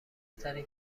ترین